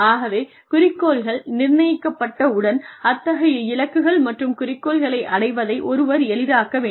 ஆகவே குறிக்கோள்கள் நிர்ணயிக்கப்பட்ட உடன் அத்தகைய இலக்குகள் மற்றும் குறிக்கோள்களை அடைவதை ஒருவர் எளிதாக்க வேண்டும்